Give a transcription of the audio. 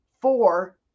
four